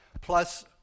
plus